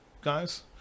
guys